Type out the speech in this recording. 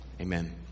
amen